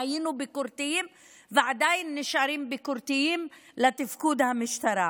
והיינו ביקורתיים ועדיין נשארים ביקורתיים לתפקוד המשטרה,